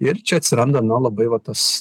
ir čia atsiranda na labai vat tas